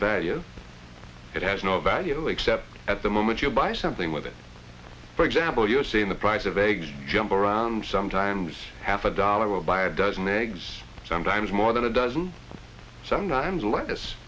value it has no value except at the moment you buy something with it for example you see in the price of a big jump around sometimes half a dollar will buy a dozen eggs sometimes more than a dozen sometimes le